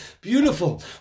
beautiful